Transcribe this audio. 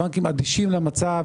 הבנקים אדישים למצב,